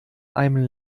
einem